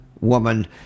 woman